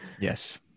yes